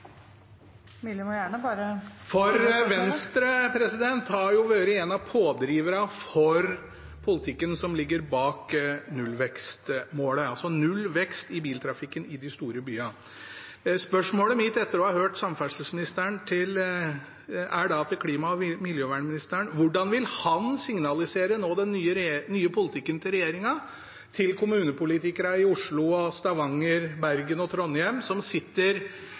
Venstre har jo vært en av pådriverne for politikken som ligger bak nullvekstmålet, altså null vekst i biltrafikken i de store byene. Spørsmålet mitt til klima- og miljøministeren – etter å ha hørt samferdselsministeren – er hvordan han nå vil signalisere den nye politikken til regjeringen til kommunepolitikerne i Oslo, Stavanger, Bergen og Trondheim, som sitter